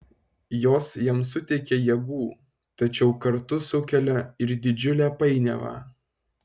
jos jam suteikia jėgų tačiau kartu sukelia ir didžiulę painiavą